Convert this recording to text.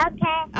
Okay